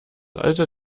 alter